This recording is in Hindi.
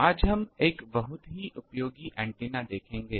आज हम एक बहुत उपयोगी एंटेना देखेंगे